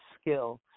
skill